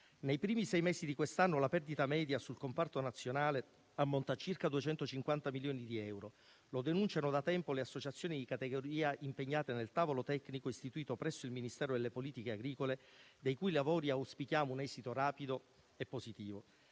Nei primi sei mesi di quest'anno la perdita media sul comparto nazionale ammonta a circa 250 milioni di euro. Lo denunciano da tempo le associazioni di categoria impegnate nel tavolo tecnico istituito presso il Ministero delle politiche agricole dei cui lavori auspichiamo un esito rapido e positivo.